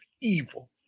evil